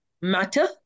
matter